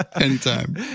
Anytime